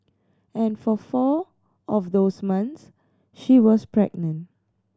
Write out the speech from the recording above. and for four of those months she was pregnant